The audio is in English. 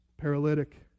paralytic